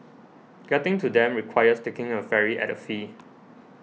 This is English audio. getting to them requires taking a ferry at a fee